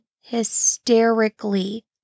hysterically